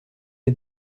est